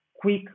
quick